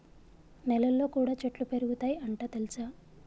నెలల్లో కూడా చెట్లు పెరుగుతయ్ అంట తెల్సా